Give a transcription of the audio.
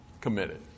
committed